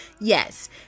Yes